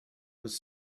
was